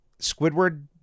Squidward